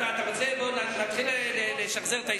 אתה רוצה, נתחיל לשחזר את ההיסטוריה?